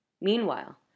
meanwhile